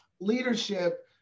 leadership